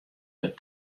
dat